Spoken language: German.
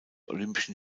olympischen